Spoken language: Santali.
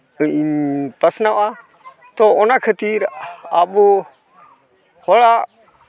ᱯᱟᱥᱱᱟᱣᱼᱟ ᱛᱚ ᱚᱱᱟ ᱠᱷᱟᱹᱛᱤᱨ ᱟᱵᱚ ᱦᱚᱲᱟᱜ